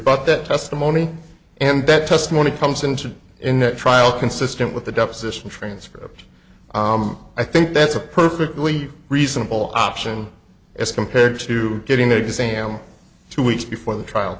rebut that testimony and that testimony comes into in the trial consistent with the deposition transcript i think that's a perfectly reasonable option as compared to getting the exam two weeks before the trial